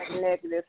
negative